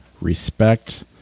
Respect